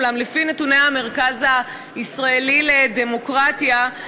אולם לפי נתוני המרכז הישראלי לדמוקרטיה,